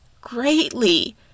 greatly